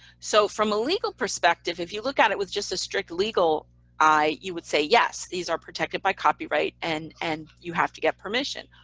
so from a legal perspective, if you look at it with just a strict legal eye, you would say, yes, these are protected by copyright, and and you have to get permission.